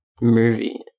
movie